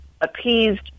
appeased